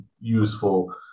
useful